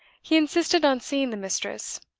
he insisted on seeing the mistress.